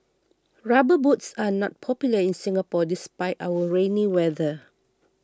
rubber boots are not popular in Singapore despite our rainy weather